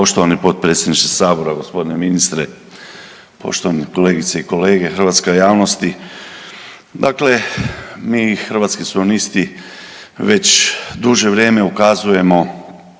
Poštovani potpredsjedniče sabora, gospodine ministre, poštovane kolegice i kolege, hrvatska javnosti, dakle mi Hrvatski suverenisti već duže vrijeme ukazujemo